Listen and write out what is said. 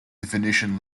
definition